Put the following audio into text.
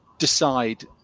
decide